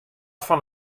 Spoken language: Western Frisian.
fan